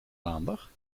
maandag